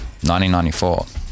1994